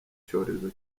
icyorezo